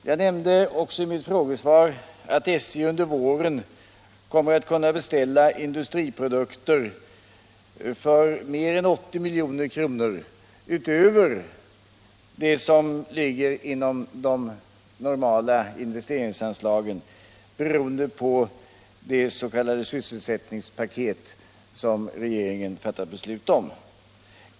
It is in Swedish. Jag nämnde också i mitt frågesvar att SJ under våren kommer att beställa industriprodukter för mer än 80 milj.kr. utöver det som ligger inom de normala investeringsanslagen, beroende på det s.k. sysselsättningspaket som regeringen fattat beslut om.